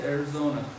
Arizona